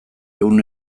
ehun